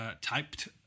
typed